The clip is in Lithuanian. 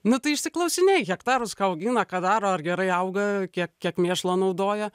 nu tai išsiklausinėji hektarus ką augina ką daro ar gerai auga kiek kiek mėšlo naudoja